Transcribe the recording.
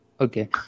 Okay